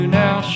now